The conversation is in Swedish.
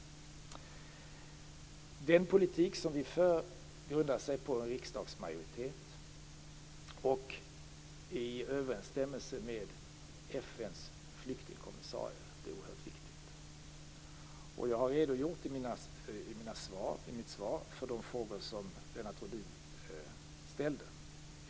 Den politik som vi för grundar sig på en riksdagsmajoritet och är i överensstämmelse med FN:s flyktingkommissarie. Det är oerhört viktigt. Jag har i mitt svar redogjort för de frågor som Lennart Rohdin ställt.